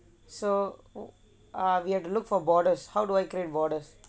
so ah we have to look for borders how do I create borders